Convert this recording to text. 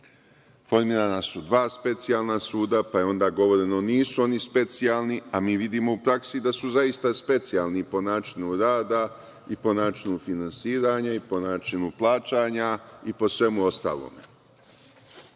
formirana su dva specijalna suda, pa je onda rečeno da oni nisu specijalni, a mi vidimo u praksi da su zaista specijalni, po načinu rada, po načinu finansiranja, po načinu plaćanja i po svemu ostalome.